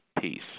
Peace